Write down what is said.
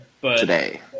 Today